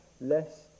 less